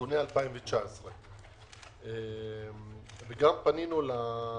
נתוני 2019. פנינו גם ל-OECD,